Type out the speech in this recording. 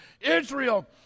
Israel